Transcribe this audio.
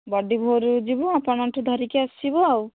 ବଡ଼ିଭୋରୁ ଯିବୁ ଆପଣଙ୍କଠୁ ଧରିକି ଆସିବୁ ଆଉ